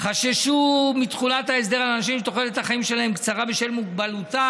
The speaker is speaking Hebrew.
חששו מתחולת ההסדר על אנשים שתוחלת החיים שלהם קצרה בשל מוגבלותם.